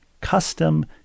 Custom